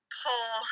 pull